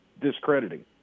discrediting